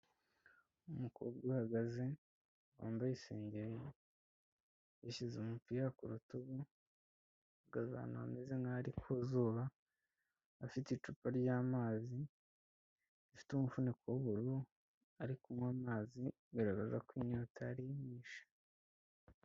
Umukobwa uhagaze wambaye isengeri, yashyize umupira ku rutugu ahagaze ahantu hameze nkaho ari kuzuba, afite icupa ry'amazi rifite umufuniko w'ubururu, ari kunywa amazi bigaragaza ko inyota yari imwishe.